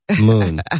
Moon